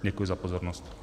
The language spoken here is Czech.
Děkuji za pozornost.